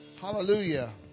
Hallelujah